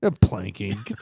Planking